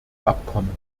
abkommen